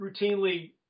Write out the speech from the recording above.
routinely